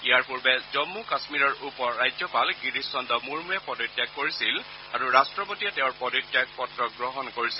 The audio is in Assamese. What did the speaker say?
ইয়াৰ পূৰ্বে জম্মু কাশ্মীৰৰ উপ ৰাজ্যপাল গিৰীশ চন্দ্ৰ মুৰ্মুৱে পদত্যাগ কৰিছিল আৰু ৰট্টপতিয়ে তেওঁৰ পদত্যাগ পত্ৰ গ্ৰহণ কৰিছিল